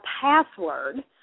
password